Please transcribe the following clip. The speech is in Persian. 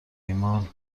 ایمان